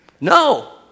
No